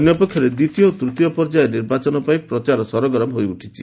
ଅନ୍ୟ ପକ୍ଷରେ ଦ୍ୱିତୀୟ ଓ ତୂତୀୟ ପର୍ଯ୍ୟାୟ ନିର୍ବାଚନ ପାଇଁ ପ୍ରଚାର ସରଗରମ ହୋଇଛି